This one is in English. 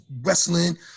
wrestling